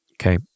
Okay